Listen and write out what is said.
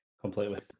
completely